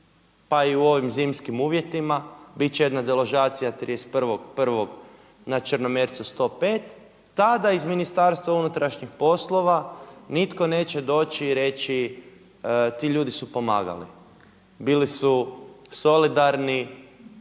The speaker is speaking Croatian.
pa i u ovim zimskim uvjetima bit će jedna deložacija 31.1. na Črnomercu 105 tada iz Ministarstva unutrašnjih poslova nitko neće doći i reći ti ljudi su pomagali, bili su solidarni.